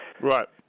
Right